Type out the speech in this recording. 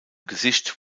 gesicht